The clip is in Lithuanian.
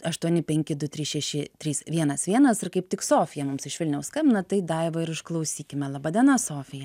aštuoni penki du trys šeši trys vienas vienas ir kaip tik sofija mums iš vilniaus skambina tai daiva ir išklausykime laba diena sofija